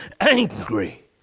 angry